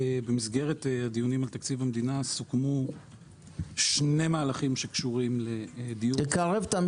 במסגרת הדיונים על תקציב המדינה סוכמו שני מהלכים שקשורים לדיור